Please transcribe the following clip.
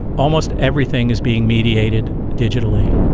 almost everything is being mediated digitally,